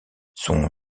son